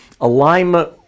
alignment